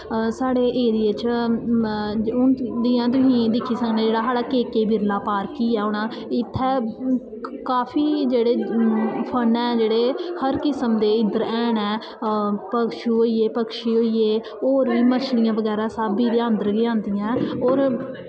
साढ़े एरिया च हून तुसीं दिक्खी सकनें जेह्ड़ा साढ़ा के के बिरला पार्क ही ऐ इत्थें काफी जेह्ड़े फाना ऐ जेह्ड़े हर किस्म दे इद्धर हैन न पशु होई गे पक्षी होई गे होर मछलियां बगैरा सब एह्दे अन्दर गै आंदियां ऐं होर